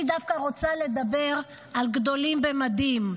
אני דווקא רוצה לדבר על גדולים במדים.